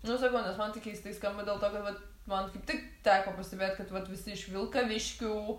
nu sakau nes man tai keistai skamba dėl to kad vat man kaip tik teko pastebėt kad vat visi iš vilkaviškio